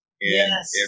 Yes